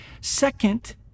Second